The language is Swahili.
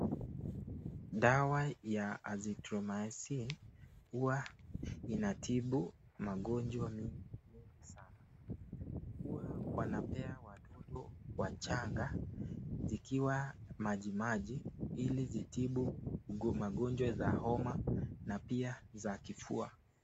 Dawa ya azithromycin huwa inatibu magonjwa wanapewa watoto mchanga zikiwa majimaji ili zitibu ugonjwa magonjwa za homa na pia za kifua.